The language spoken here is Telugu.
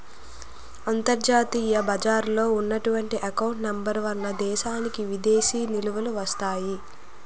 అంతర్జాతీయ బజారులో ఉన్నటువంటి ఎకౌంట్ నెంబర్ వలన దేశానికి విదేశీ నిలువలు వస్తాయి